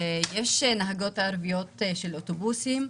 שאת בוחנת את הסיפור של האוטובוס האדום,